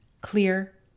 clear